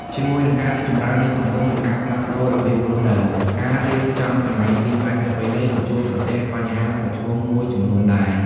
ជាមួយនឹងការរីកចម្រើននៃសង្គម និងការផ្លាស់ប្តូររបៀបរស់នៅ ការរៀបចំកន្លែងគេងបែបប្រពៃណីក៏ជួបប្រទះបញ្ហាប្រឈមមួយចំនួនដែរ។